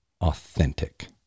authentic